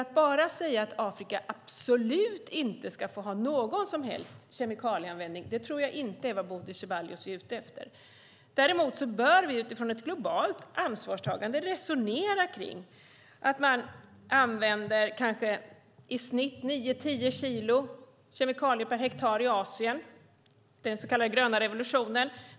Att bara säga att Afrika absolut inte ska få ha någon som helst kemikalieanvändning tror jag inte är vad Bodil Ceballos är ute efter. Däremot bör vi utifrån ett globalt ansvarstagande resonera kring att man använder kanske i snitt 9-10 kilo kemikalier per hektar i Asien i den så kallade gröna revolutionen.